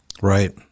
Right